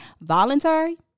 Voluntary